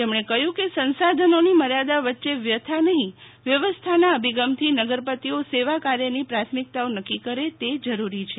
તેમણે કહ્યું કે સંસાધનોની મર્યાદા વચ્ચે વ્યથા નહીં વ્યવસ્થાના અભિગમથી નગરપતિઓ સેવાકાર્યની પ્રાથમિકતાઓ નક્કી કરે તે જરૂરી છે